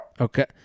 Okay